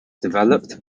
developed